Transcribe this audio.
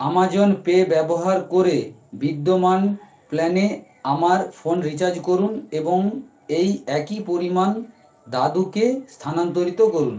Amazon Pay ব্যবহার করে বিদ্যমান প্ল্যানে আমার ফোন রিচার্জ করুন এবং এই একই পরিমাণ দাদুকে স্থানান্তরিত করুন